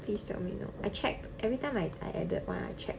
please tell me you know I check every time I added one I check